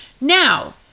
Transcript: Now